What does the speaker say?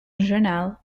journal